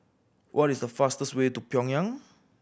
what is the fastest way to Pyongyang